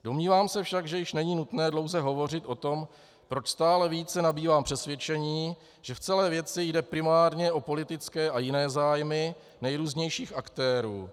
Domnívám se však, že již není nutné dlouze hovořit o tom, proč stále více nabývám přesvědčení, že v celé věci jde primárně o politické a jiné zájmy nejrůznějších aktérů.